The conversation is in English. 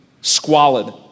squalid